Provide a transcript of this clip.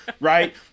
Right